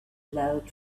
glowed